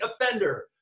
offender